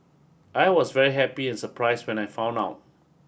I was very happy and surprised when I found out